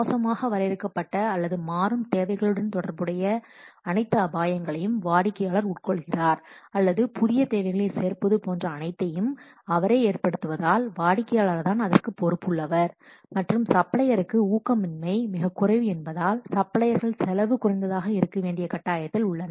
மோசமாக வரையறுக்கப்பட்ட அல்லது மாறும் தேவைகளுடன் தொடர்புடைய அனைத்து அபாயங்களையும் வாடிக்கையாளர் உட்கொள்கிறார் அல்லது புதிய தேவைகளைச் சேர்ப்பது போன்ற அனைத்தையும் அவரே ஏற்படுத்துவதால் வாடிக்கையாளர் தான் அதற்கு பொறுப்பு உள்ளவர் மற்றும் சப்ளையருக்கு ஊக்கமின்மை மிகக் குறைவு என்பதால் சப்ளையர்கள் செலவு குறைந்ததாக இருக்க வேண்டிய கட்டாயத்தில் உள்ளனர்